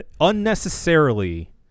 unnecessarily